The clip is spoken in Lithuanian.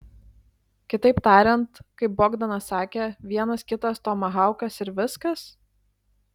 kitaip tariant kaip bogdanas sakė vienas kitas tomahaukas ir viskas